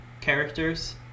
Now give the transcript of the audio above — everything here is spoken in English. characters